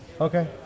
Okay